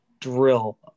drill